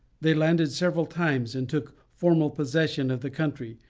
they landed several times, and took formal possession of the country,